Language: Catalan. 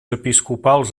episcopals